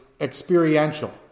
experiential